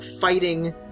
fighting